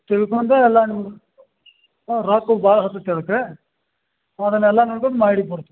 ತಿಳ್ಕೊಂದೆ ಎಲ್ಲ ನಿಮ್ಮ ಹ್ಞೂ ರೊಕ್ಕು ಭಾಳ ಹತ್ತುತೆ ಅದಕ್ಕೆ ಅದನ್ನೆಲ್ಲ ನೋಡ್ಕೊಂಡು ಮಾಡಿ ಬರುತೀವಿ